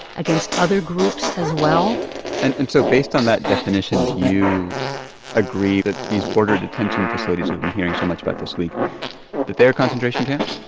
against other groups as well and and so based on that definition, do you agree that these border detention facilities we've been hearing so much about this week that they're concentration camps?